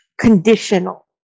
conditional